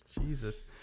jesus